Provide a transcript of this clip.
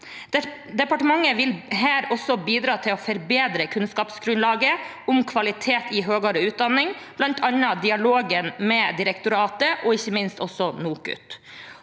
Departementet vil her også bidra til å forbedre kunnskapsgrunnlaget om kvaliteten i høyere utdanning, bl.a. i dialogen med direktoratet og ikke minst med NOKUT.